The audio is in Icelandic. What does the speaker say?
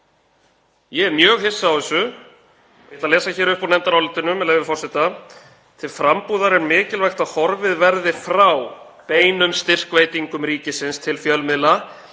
Ég er mjög hissa á þessu. Ég ætla að lesa hér upp úr nefndarálitinu, með leyfi forseta: „Til frambúðar er mikilvægt að horfið verði frá beinum styrkveitingum ríkisins til fjölmiðla